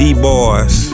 D-boys